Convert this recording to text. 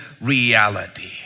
reality